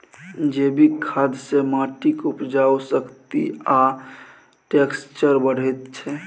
जैबिक खाद सँ माटिक उपजाउ शक्ति आ टैक्सचर बढ़ैत छै